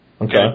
Okay